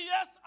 Yes